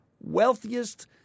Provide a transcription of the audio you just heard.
wealthiest